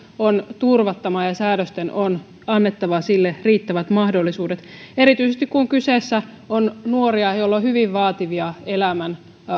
on turvattava ja ja säädösten on annettava sille riittävät mahdollisuudet erityisesti kun kyseessä on nuoria joilla on hyvin vaativia elämän